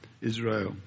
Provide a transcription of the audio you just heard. Israel